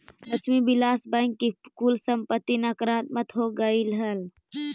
Lakshmi Vilas Bank की कुल संपत्ति नकारात्मक हो गेलइ हल